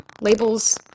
Labels